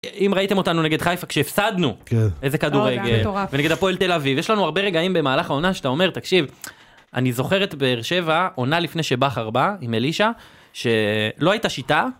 אם ראיתם אותנו נגד חיפה כשהפסדנו, איזה כדורגל, ונגד הפועל תל אביב, יש לנו הרבה רגעים במהלך העונה שאתה אומר תקשיב, אני זוכר את באר שבע עונה לפני שבכר בא, עם אלישע, שלא הייתה שיטה